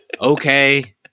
Okay